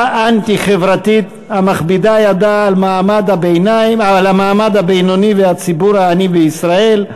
אנטי-חברתית המכבידה ידה על המעמד הבינוני והציבור העני בישראל.